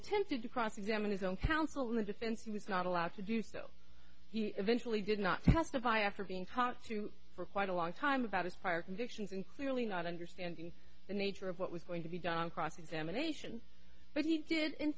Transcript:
attempted to cross examine his own counsel when the defense was not allowed to do so he eventually did not testify after being talked to for quite a long time about his prior convictions and clearly not understanding the nature of what was going to be done on cross examination but he did in